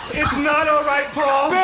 it's not alright paul!